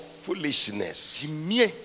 foolishness